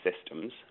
systems